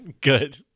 Good